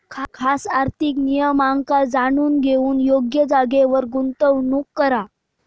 खास आर्थिक नियमांका जाणून घेऊन योग्य जागेर गुंतवणूक करा